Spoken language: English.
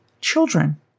children